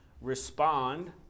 respond